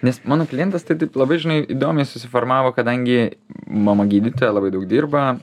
nes mano klientas tai taip labai žinai įdomiai susiformavo kadangi mama gydytoja labai daug dirba